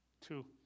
Two